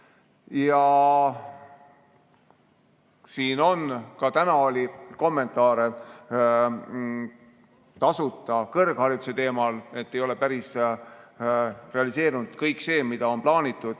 Siin ka täna oli kommentaare tasuta kõrghariduse teemal, et ei ole päris realiseerunud kõik see, mis oli plaanitud.